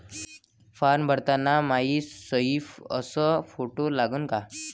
Form भरताना मायी सयी अस फोटो लागन का?